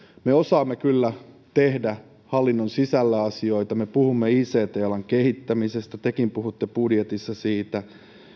me osaamme kyllä tehdä hallinnon sisällä asioita me puhumme ict alan kehittämisestä tekin puhutte budjetissa siitä